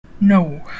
No